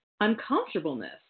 uncomfortableness